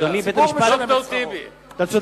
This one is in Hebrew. הציבור משלם את שכרו.